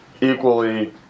equally